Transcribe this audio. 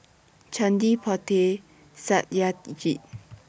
Chandi Potti and Satyajit